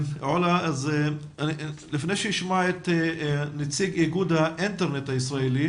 לפני שנשמע את נציגת האינטרנט הישראלי,